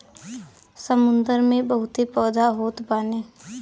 समुंदर में बहुते पौधा होत बाने